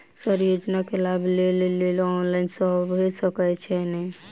Sir योजना केँ लाभ लेबऽ लेल ऑनलाइन भऽ सकै छै नै?